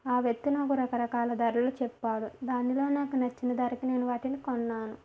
ఆ వ్యక్తి నాకు రకరకాల ధరలు చెప్పాడు దానిలో నాకు నచ్చిన ధరకు నేను వాటిని కొన్నాను